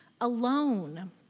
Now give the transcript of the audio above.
alone